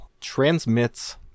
transmits